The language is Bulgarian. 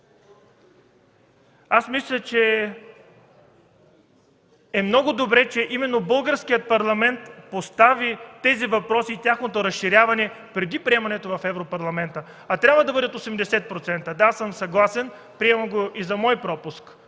Мисля, че е много добре, че именно българският парламент постави тези въпроси и тяхното разширяване преди приемането в Европарламента. Трябва да бъдат 80% – да, аз съм съгласен, приемам го и за мой пропуск,